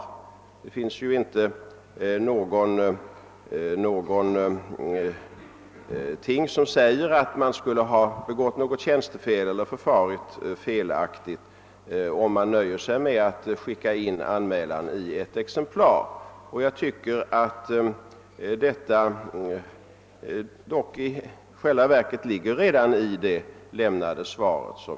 Inget säger ju att man skulle ha begått något tjänstefel eller ha förfarit felaktigt, om man nöjer sig med att skicka in anmälan i ett exemplar. Detta besked inrymdes också i det av mig lämnade svaret.